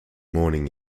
morning